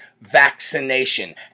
vaccination